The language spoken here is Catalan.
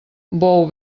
bou